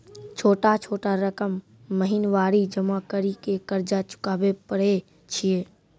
छोटा छोटा रकम महीनवारी जमा करि के कर्जा चुकाबै परए छियै?